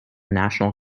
national